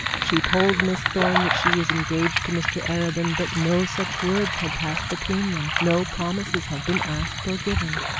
she told miss thorne that she was engaged to mr arabin, but no such words had passed between them, no promises had been asked or given.